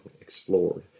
explored